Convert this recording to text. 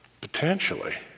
Potentially